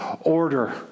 order